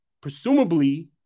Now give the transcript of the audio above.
presumably